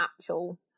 actual